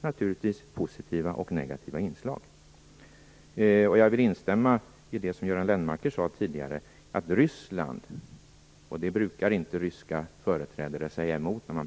naturligtvis har både positiva och negativa inslag. Jag vill instämma i det som Göran Lennmarker sade tidigare. Ryssland har inget att förlora på tryggare, säkrare grannar.